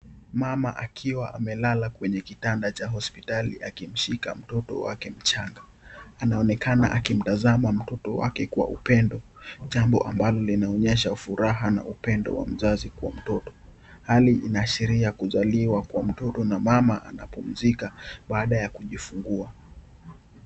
Mama akiwa amelala kwenye kitanda cha hospitali akimshika mtoto wake mchanga anaonekana akimtazama mtoto wake kwa upendo. Jambo ambalo linaonyesha furaha na upendo wa mzazi kwa mtoto. Hali inaashiria kuzaliwa mtoto na mama anapumzika baada ya kujifungua.